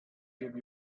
give